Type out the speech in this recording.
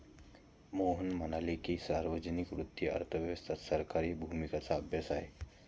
मोहन म्हणाले की, सार्वजनिक वित्त अर्थव्यवस्थेत सरकारी भूमिकेचा अभ्यास आहे